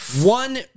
one